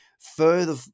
further